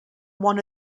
one